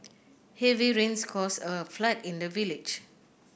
heavy rains caused a flood in the village